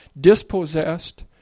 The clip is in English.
dispossessed